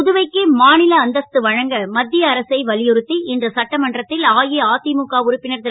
புதுவைக்கு மா ல அந்தஸ்து வழங்க மத் ய அரசை வலியுறுத் இன்று சட்டமன்றத் ல் அஇஅ முக உறுப்பினர் ரு